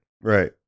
Right